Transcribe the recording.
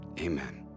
Amen